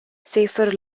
safer